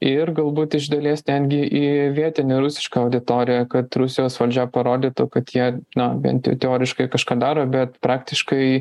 ir galbūt iš dalies netgi į vietinę rusišką auditoriją kad rusijos valdžia parodytų kad jie na bent jau teoriškai kažką daro bet praktiškai